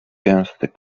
gęsty